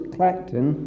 Clacton